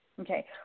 okay